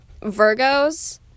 Virgos